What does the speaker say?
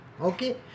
Okay